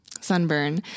sunburn